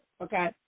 Okay